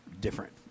different